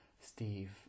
Steve